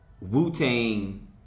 Wu-Tang